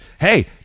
hey